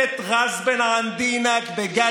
לאחים המוסלמים אני רוצה לתת עצת אחים,